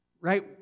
Right